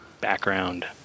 background